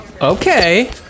Okay